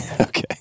Okay